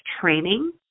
training